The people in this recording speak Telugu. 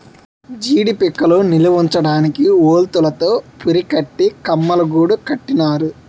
జీడీ పిక్కలు నిలవుంచడానికి వౌల్తులు తో పురికట్టి కమ్మలగూడు కట్టినారు